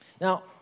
Now